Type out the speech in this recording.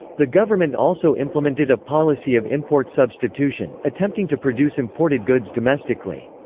the government also implemented a policy of import-substitution, attempting to produce imported goods domestically.